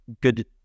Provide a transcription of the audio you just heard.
good